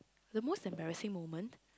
the most embarrassing moment